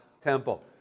Temple